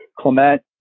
Clement